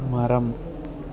மரம்